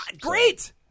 Great